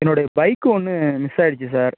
என்னோடைய பைக் ஒன்று மிஸ் ஆகிடுச்சி சார்